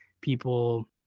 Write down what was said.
people